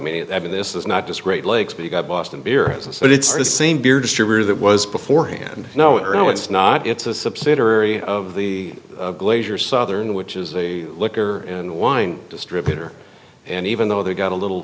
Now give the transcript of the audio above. to i mean this is not just great lakes but you got boston beer so it's the same beer distributor that was before hand no it's not it's a subsidiary of the glacier southern which is a liquor and wine distributor and even though they've got a little